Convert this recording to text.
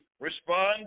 respond